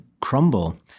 crumble